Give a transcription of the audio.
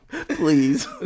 please